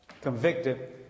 convicted